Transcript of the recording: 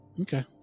Okay